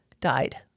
died